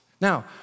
Now